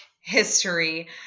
history